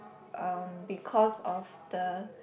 um because of the